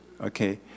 okay